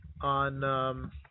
on –